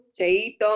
Cheito